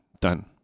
done